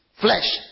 flesh